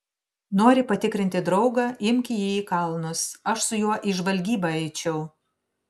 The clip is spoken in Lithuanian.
nori patikrinti draugą imk jį į kalnus aš su juo į žvalgybą eičiau